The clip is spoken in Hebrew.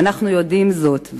ואנחנו יודעים זאת.